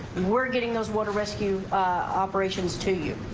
we're getting those water rescue operations to you.